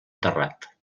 terrat